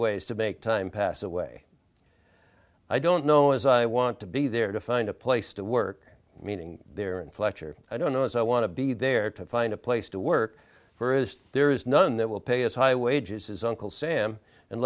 ways to make time pass away i don't know as i want to be there to find a place to work meaning there and fletcher i don't know as i want to be there to find a place to work for as there is none that will pay as high wages is uncle sam and